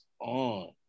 on